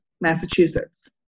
Massachusetts